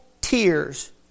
tears